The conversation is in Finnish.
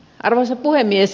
arvoisa puhemies